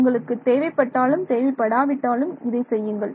உங்களுக்கு தேவைப்பட்டாலும் தேவைப்படாவிட்டாலும் இதை செய்யுங்கள்